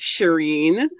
Shireen